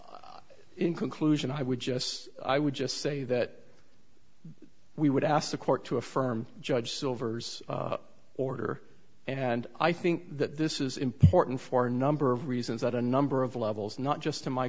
in conclusion i would just say i would just say that we would ask the court to affirm judge silver's order and i think that this is important for a number of reasons that a number of levels not just in my